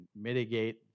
mitigate